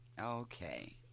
Okay